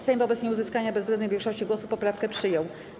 Sejm wobec nieuzyskania bezwzględnej większości głosów poprawkę przyjął.